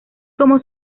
como